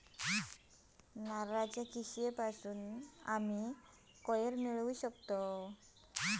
नारळाच्या किशीयेपासून कॉयर मिळता